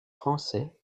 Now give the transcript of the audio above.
français